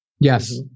Yes